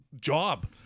job